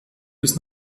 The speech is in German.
bis